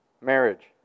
marriage